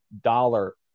dollar